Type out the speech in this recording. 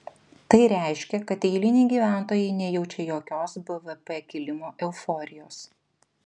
tai reiškia kad eiliniai gyventojai nejaučia jokios bvp kilimo euforijos